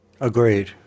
Agreed